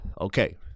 okay